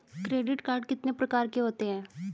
Credit card कितने प्रकार के होते हैं?